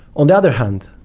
on the other hand,